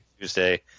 Tuesday